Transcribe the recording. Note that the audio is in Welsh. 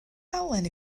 halen